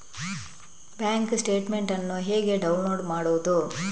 Bank statement ಅನ್ನು ಹೇಗೆ download ಮಾಡುವುದು?